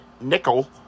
Nickel